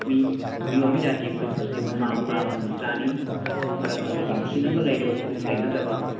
ꯃꯤ ꯃꯤꯑꯣꯏꯕ ꯖꯥꯇꯤ ꯈꯨꯗꯤꯡꯃꯛꯁꯤ ꯃꯃꯥ ꯃꯄꯥ ꯑꯃꯒꯤ ꯃꯆꯥꯅꯤ ꯃꯔꯝ ꯑꯗꯨꯅ ꯌꯦꯡꯊꯤꯅꯕ ꯂꯩꯔꯤꯕ ꯈꯨꯗꯤꯡꯃꯛ ꯂꯩꯅꯗꯕ